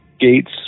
Gates